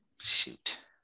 Shoot